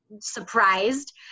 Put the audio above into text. surprised